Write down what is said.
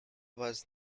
was